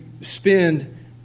spend